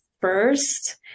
first